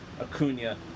Acuna